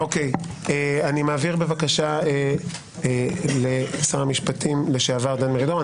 אני מעביר, בבקשה, לשר המשפטים לשעבר דן מרידור.